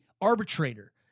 arbitrator